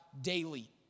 daily